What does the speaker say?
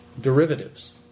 derivatives